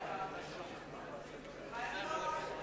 זה רעיון לא רע,